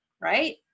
right